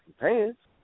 pants